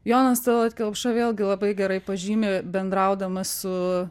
jonas talat kelpša vėlgi labai gerai pažymi bendraudamas su